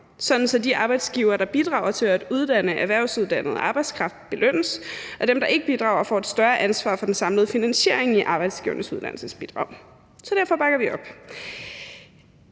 at de arbejdsgivere, der bidrager til at uddanne erhvervsuddannet arbejdskraft, belønnes, og dem, der ikke bidrager, får et større ansvar for den samlede finansiering i Arbejdsgivernes Uddannelsesbidrag. Så derfor bakker vi op.